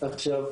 עכשיו,